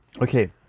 Okay